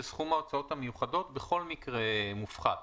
שסכום ההוצאות המיוחדות בכל מקרה מופחת.